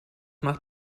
nach